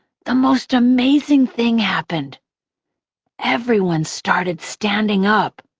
the most amazing thing happened everyone started standing up.